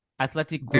Athletic